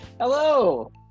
Hello